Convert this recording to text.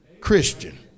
Christian